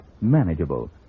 manageable